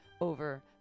over